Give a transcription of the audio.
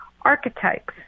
archetypes